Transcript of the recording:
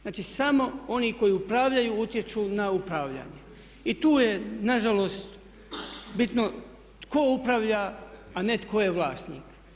Znači samo oni koji upravljaju utječu na upravljanje i tu je na žalost bitno tko upravlja, a ne tko je vlasnik.